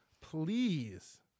Please